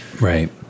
right